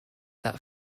that